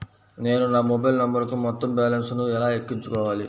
నేను నా మొబైల్ నంబరుకు మొత్తం బాలన్స్ ను ఎలా ఎక్కించుకోవాలి?